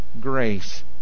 grace